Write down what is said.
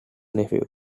nephew